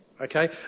Okay